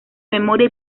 memoria